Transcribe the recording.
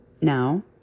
now